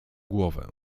głowę